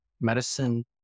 medicine